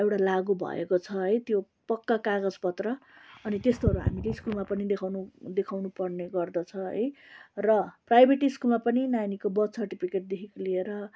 एउटा लागु भएको छ है त्यो पक्का कागज पत्र अनि त्यस्तोहरू हामीले स्कुलमा पनि देखाउनु देखाउनु पर्ने गर्दछ है र प्राइभेट स्कुलमा पनि नानीको बर्थ सर्टिफिकेटदेखिको लिएर